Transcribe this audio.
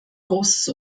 großes